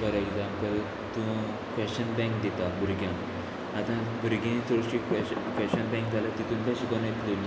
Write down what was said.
for example तूं question bank दिता भुरग्यांक आतां भुरगीं चडशीं क्वेश क्वेशन बँक जाल्यार तितून तशें दोन येतली